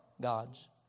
God's